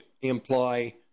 imply